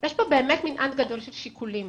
יש פה באמת מנעד גדול של שיקולים.